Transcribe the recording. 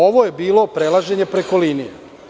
Ovo je bilo prelaženje preko linije.